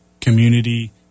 community